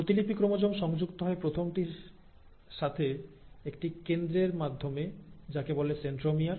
প্রতিলিপি ক্রোমোজোম সংযুক্ত হয় প্রথমটি সাথে একটি কেন্দ্রের মাধ্যমে যাকে বলে সেন্ট্রোমিয়ার